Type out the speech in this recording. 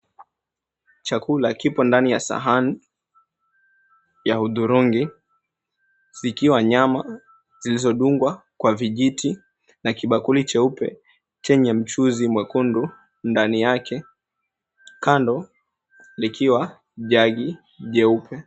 Chakula kipo ndani ya sahani ya udhurungi. Zikiwa nyama zilizodungwa kwa vijiti na kibakuli cheupe chenye mchuuzi mwekundu ndani yake. Kando likiwa jagi jeupe.